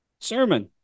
sermon